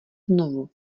znovu